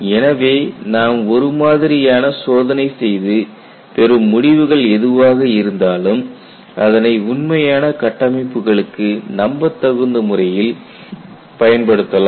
எனவே நாம் ஒரு மாதிரியினை சோதனை செய்து பெறும் முடிவுகள் எதுவாக இருந்தாலும் அதனை உண்மையான கட்டமைப்புகளுக்கு நம்பத்தகுந்த முறையில் பயன்படுத்தலாம்